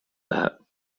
that